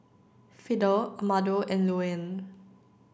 Fidel Amado and Luanne